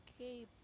Okay